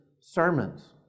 sermons